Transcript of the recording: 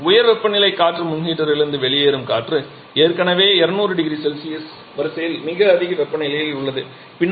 மேலும் உயர் வெப்பநிலை காற்று முன் ஹீட்டரிலிருந்து வெளியேறும் காற்று ஏற்கனவே 200 0C வரிசையில் மிக அதிக வெப்பநிலையில் உள்ளது